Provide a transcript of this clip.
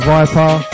Viper